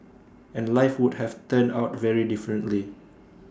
and life would have turned out very differently